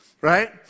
right